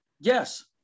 yes